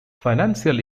financial